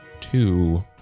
two